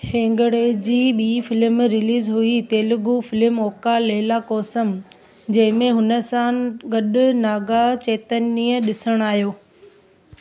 हेगड़े जी ॿीं film release हुई Telugu film Oka Laila Kosam जंहिं में हुन सां गॾु नागा चैतन्य ॾिसणु आयो